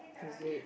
is it